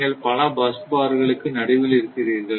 நீங்கள் பல பஸ் பார்களுக்கு நடுவில் இருக்கிறீர்கள்